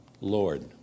Lord